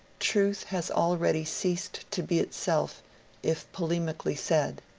truth has already ceased to be itself if polemically said.